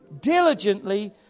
diligently